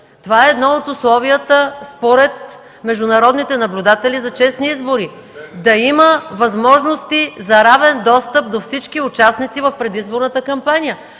Това е едно от условията според международните наблюдатели за честни избори – да има възможности за равен достъп на всички участници в предизборната кампания.